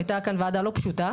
היתה כאן ועדה לא פשוטה,